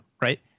right